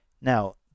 Now